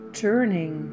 turning